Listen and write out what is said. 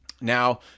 Now